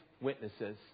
witnesses